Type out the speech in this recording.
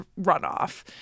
runoff